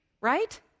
right